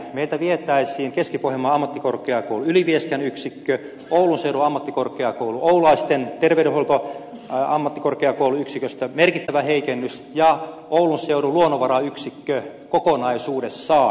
mieltä vietäisiin keski pohjanmaan ammattikorkeakoulun ylivieskan yksikkö oulun seudun ammattikorkeakoulun oulaisten terveydenhuoltoammattikorkeakouluyksikköön tulisi merkittävä heikennys ja oulun seudun ammattikorkeakoulun luonnonvarayksikkö vietäisiin kokonaisuudessaan